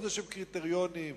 קריטריונים כלשהם,